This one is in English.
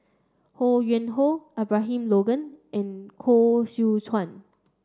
Ho Yuen Hoe Abraham Logan and Koh Seow Chuan